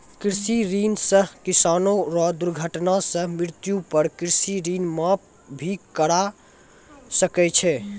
कृषि ऋण सह किसानो रो दुर्घटना सह मृत्यु पर कृषि ऋण माप भी करा सकै छै